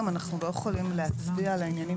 אנחנו לא יכולים להצביע על העניינים